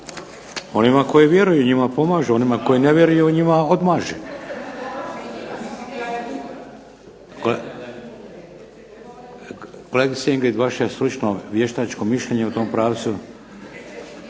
Onima koji vjeruju njima pomaže, onima koji ne vjeruju njima odmaže. …/Upadica se ne čuje./… Kolegice Ingrid vaše stručno, vještačko mišljenje u tom pravcu?